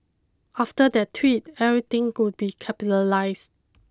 after that tweet everything would be capitalised